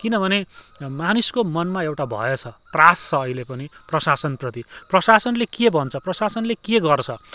किनभने मानिसको मनमा एउटा भय छ त्रास छ अहिलेपनि प्रशासनप्रति प्रशासनले के भन्छ प्रशासनले के गर्छ